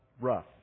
rough